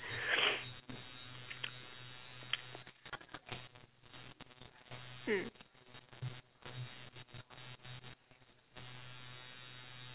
hmm